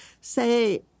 Say